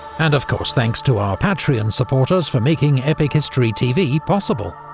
and of course, thanks to our patreon supporters for making epic history tv possible.